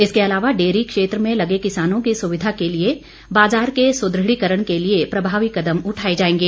इसके अलावा डेयरी क्षेत्र में लगे किसानों की सुविघा के लिए बाजार के सुदृढ़ीकरण के लिए प्रभावी कदम उठाए जाएंगें